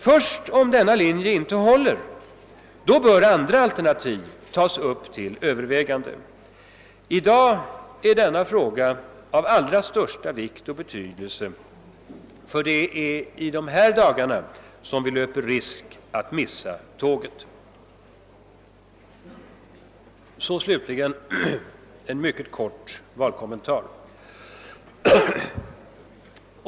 Först om denna linje inte håller bör andra alternativ tas upp till övervägande. I dag är denna fråga av allra största vikt, ty det är i de här dagarna vi löper risk att missa tåget. Så slutligen en mycket kort valkommentar.